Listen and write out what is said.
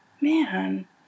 Man